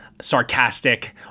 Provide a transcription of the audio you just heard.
sarcastic